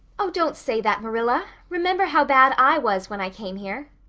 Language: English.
oh, don't say that, marilla. remember how bad i was when i came here.